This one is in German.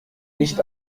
nicht